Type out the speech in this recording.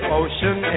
ocean